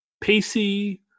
Pacey